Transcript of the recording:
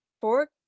four